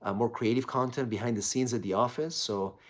ah more creative content behind the scenes of the office. so,